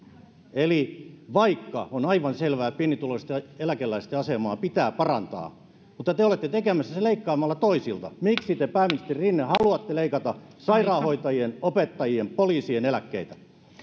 eli vaikka on aivan selvää että pienituloisten eläkeläisten asemaa pitää parantaa niin te olette tekemässä sen leikkaamalla toisilta miksi te pääministeri rinne haluatte leikata sairaanhoitajien opettajien poliisien eläkkeitä